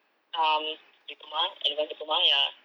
um diploma advanced diploma ya